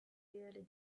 really